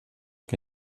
que